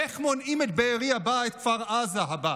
איך מונעים את בארי הבא, את כפר עזה הבא?